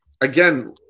again